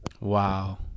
Wow